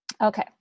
Okay